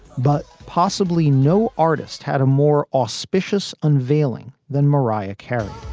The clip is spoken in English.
but possibly no artist had a more auspicious unveiling than mariah carey.